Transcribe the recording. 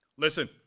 Listen